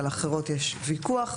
על אחרות יש ויכוח.